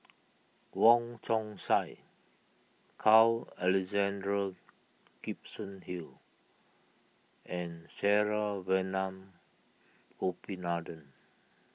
Wong Chong Sai Carl Alexander Gibson Hill and Saravanan Gopinathan